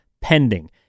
pending